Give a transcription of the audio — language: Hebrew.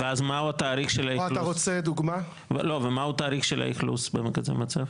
ואז מה הוא התאריך של האכלוס בכזה מצב?